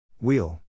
Wheel